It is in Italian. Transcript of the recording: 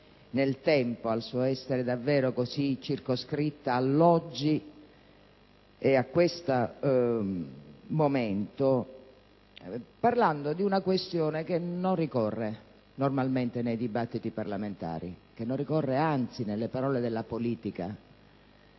nel tempo, al suo essere davvero così circoscritta all'oggi, a questo momento, parlando di una questione che non ricorre normalmente nei dibattiti parlamentari e che non ricorre, anzi, nelle parole della politica: